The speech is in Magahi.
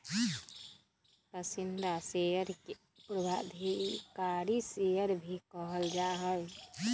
पसंदीदा शेयर के पूर्वाधिकारी शेयर भी कहल जा हई